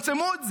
תצמצמו את זה.